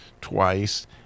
twice